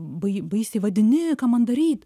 bai baisiai vadini ką man daryt